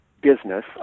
business